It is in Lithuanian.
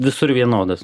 visur vienodas